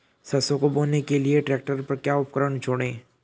सरसों को बोने के लिये ट्रैक्टर पर क्या उपकरण जोड़ें?